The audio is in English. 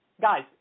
Guys-